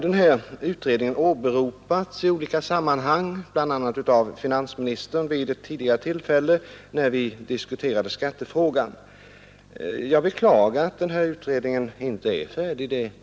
Fosterbarnsutredningen har åberopats i olika sammanhang, bl.a. av finansministern vid ett tidigare tillfälle när vi diskuterade skattefrågan. Jag beklagar att denna utredning ännu inte är färdig med sitt arbete.